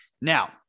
Now